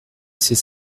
assez